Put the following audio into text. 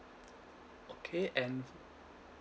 okay and